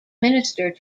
minister